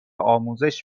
آموزش